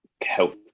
health